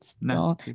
No